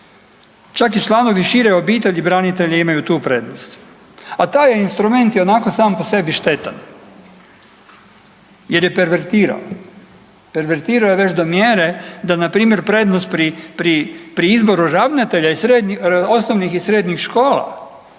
Čak i članovi šire obitelji branitelja imaju tu prednost, a taj je instrument ionako sam po sebi štetan. Jer je pervertirao, pervertirao je već do mjere da na primjer prednost pri izboru ravnatelja osnovnih i srednjih škola